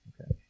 Okay